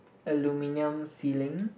aluminium ceiling